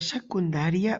secundària